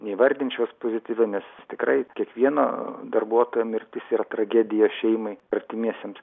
neįvardinčiau jos pozityvia nes tikrai kiekvieno darbuotojo mirtis yra tragedija šeimai artimiesiems